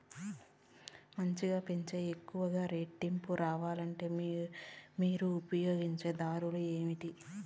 మంచిగా పెంచే ఎక్కువగా రేటు రావాలంటే మీరు ఉపయోగించే దారులు ఎమిమీ?